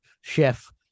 chef